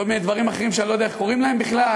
כל מיני דברים אחרים שאני לא יודע איך קוראים להם בכלל?